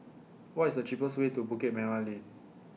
What IS The cheapest Way to Bukit Merah Lane